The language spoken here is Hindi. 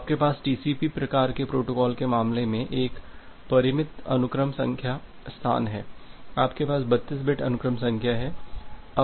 तो आपके पास टीसीपी प्रकार के प्रोटोकॉल के मामले में एक परिमित अनुक्रम संख्या स्थान है आपके पास 32 बिट अनुक्रम संख्या है